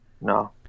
No